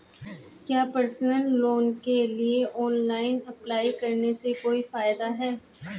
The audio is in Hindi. क्या पर्सनल लोन के लिए ऑनलाइन अप्लाई करने से कोई फायदा है?